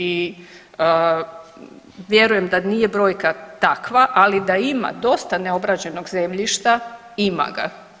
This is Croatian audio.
I vjerujem da nije brojka takva, ali da ima dosta neobrađenog zemljišta ima ga.